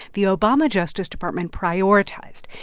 the obama justice department prioritized,